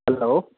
hello